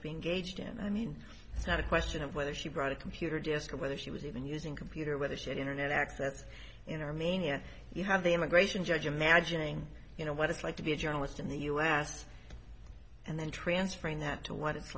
to be engaged in i mean it's not a question of whether she brought a computer desk or whether she was even using computer whether she had internet access in armenia you have the immigration judge imagining you know what it's like to be a journalist in the u s and then transferring that to what it's